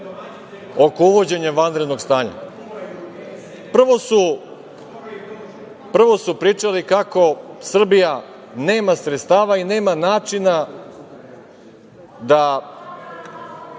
oko uvođenja vanrednog stanja. Prvo su pričali kako Srbija nema sredstava i načina da